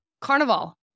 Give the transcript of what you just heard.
Carnival